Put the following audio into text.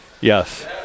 Yes